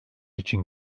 için